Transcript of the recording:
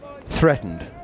threatened